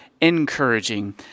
encouraging